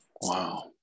Wow